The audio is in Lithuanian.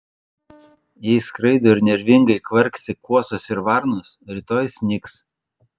jei skraido ir nervingai kvarksi kuosos ir varnos rytoj snigs